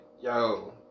yo